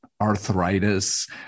arthritis